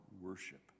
worship